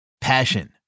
Passion